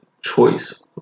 choice